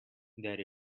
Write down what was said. that